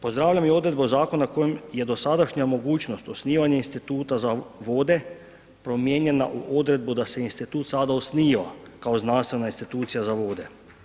Pozdravljam i odredbu zakona kojim je dosadašnja mogućnost osnivanja instituta za vode, promijenjena u odredbu da se institut sada osniva kao znanstvena institucija za vode.